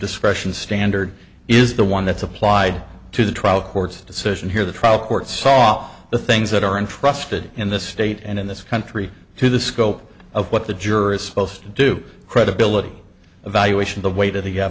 discretion standard is the one that's applied to the trial court's decision here the trial court saw all the things that are entrusted in this state and in this country to the scope of what the jury is supposed to do credibility evaluation the weight of the